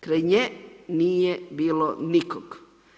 Kraj nje nije bilo nikog.